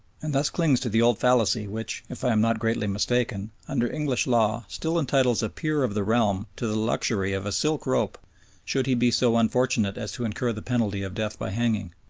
and thus clings to the old fallacy which, if i am not greatly mistaken, under english law still entitles a peer of the realm to the luxury of a silk rope should he be so unfortunate as to incur the penalty of death by hanging.